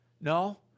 No